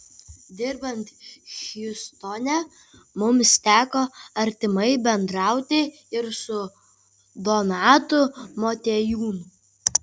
dirbant hjustone jums teko artimai bendrauti ir su donatu motiejūnu